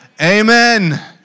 Amen